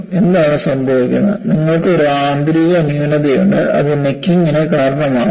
എന്താണ് സംഭവിക്കുന്നത് നിങ്ങൾക്ക് ഒരു ആന്തരിക ന്യൂനതയുണ്ട് അത് നെക്കിങ്ന് കാരണമാകുന്നു